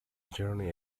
journey